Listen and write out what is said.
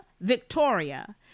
Victoria